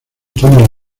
túnel